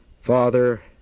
Father